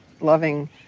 loving